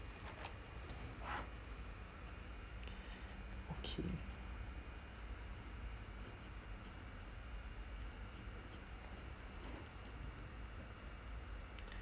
okay